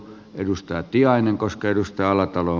edustaja tiainen kosketusta alatalo